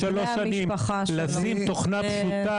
לפני כשלוש שנים הצעתי לכם לשים תוכנה פשוטה